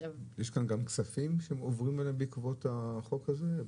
יש כאן גם כספים שעוברים בעקבות החוק הזה?